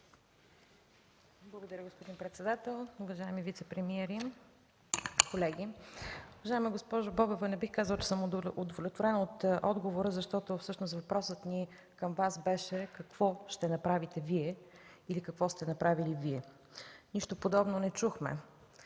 Благодаря, господин председател. Уважаеми вицепремиери, колеги! Уважаема госпожо Бобева, не бих казала, че съм удовлетворена от отговора, защото всъщност въпросът ни към Вас беше: какво ще направите Вие или какво сте направили Вие? Нищо подобно не чухме.